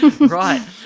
Right